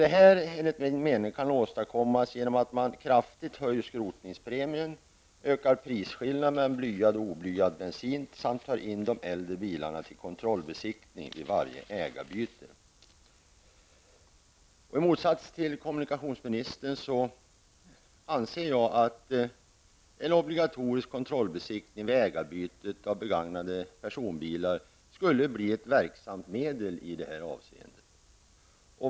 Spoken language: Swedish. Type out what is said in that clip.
Detta kan enligt min mening åstadkommas genom att man kraftigt höjer skrotningspremien, ökar prisskillnaden mellan blyad och oblyad bensin samt tar in de äldre bilarna till kontrollbesiktning vid varje ägarbyte. I motsats till kommunikationsministern anser jag att en obligatorisk kontrollbesiktning vid ägarbyte av begagnade personbilar skulle bli ett verksamt medel i detta avseende.